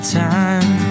time